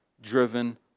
driven